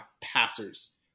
passers